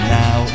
now